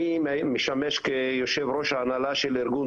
אני משמש כיושב ראש ההנהלה של ארגון